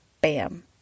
Bam